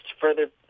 further